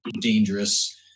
dangerous